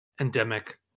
endemic